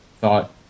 thought